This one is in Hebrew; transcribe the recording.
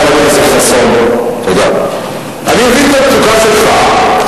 אני מבין את המצוקה שלך,